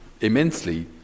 immensely